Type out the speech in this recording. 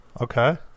Okay